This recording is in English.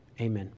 amen